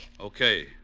Okay